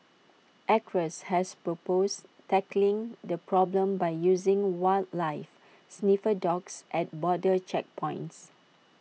acres has proposed tackling the problem by using wildlife sniffer dogs at border checkpoints